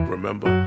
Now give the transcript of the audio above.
Remember